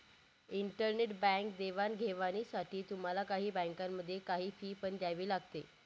internet bank देवाणघेवाणीसाठी तुम्हाला काही बँकांमध्ये, काही फी पण द्यावी लागते